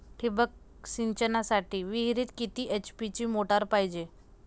ठिबक सिंचनासाठी विहिरीत किती एच.पी ची मोटार पायजे?